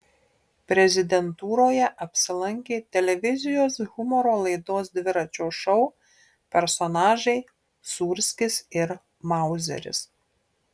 prezidentūroje apsilankė televizijos humoro laidos dviračio šou personažai sūrskis ir mauzeris